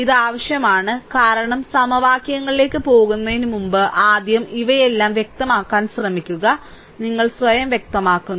ഇത് ആവശ്യമാണ് കാരണം സമവാക്യങ്ങളിലേക്ക് പോകുന്നതിനുമുമ്പ് ആദ്യം ഇവയെല്ലാം വ്യക്തമാക്കാൻ ശ്രമിക്കുക നിങ്ങൾ സ്വയം വ്യക്തമാക്കുന്നത്